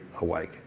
awake